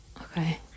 Okay